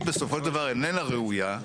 בסופו של דבר איננה ראויה,